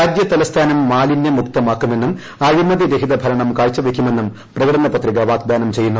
രാജ്യ തലസ്ഥാനം മാലിന്യ മുക്തമാക്കുമെന്നും അഴിമതി രഹിത ഭരണം കാഴ്ചവയ്ക്കുമെന്നും പ്രകടന പത്രിക വാഗ്ദാനം ചെയ്യുന്നു